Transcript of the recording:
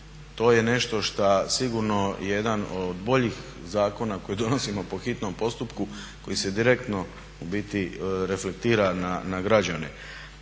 To je nešto šta sigurno jedan od boljih zakona koje donosimo po hitnom postupku koji se direktno u biti reflektira na građane.